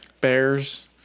Bears